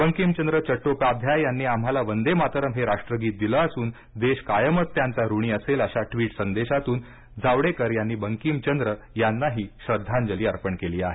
बंकिमचंद्र चट्टोपाध्याय यांनी आम्हाला वंदे मातरम् हे राष्ट्रगीत दिलं असून देश कायमच त्यांचा ऋणी असेल अशा ट्विट संदेशातून जावडेकर यांनी बंकीमचंद्र यांनाही श्रद्धांजली अर्पण केली आहे